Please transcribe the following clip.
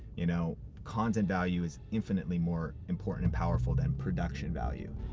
you know content value is infinitely more important and powerful than production value.